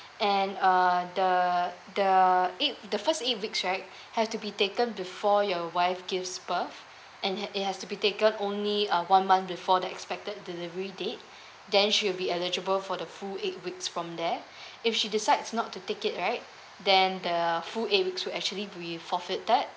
and uh the the eight the first eight weeks right have to be taken before your wife gives birth and it has to be taken only uh one month before the expected delivery date then should be eligible for the full eight weeks from there if she decides not to take it right then the full eight weeks will actually be forfeited